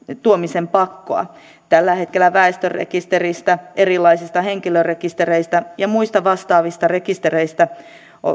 tuomisen pakkoa tällä hetkellä väestörekisteristä erilaisista henkilörekistereistä ja muista vastaavista rekistereistä